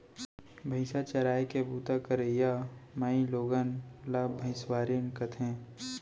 भईंसा चराय के बूता करइया माइलोगन ला भइंसवारिन कथें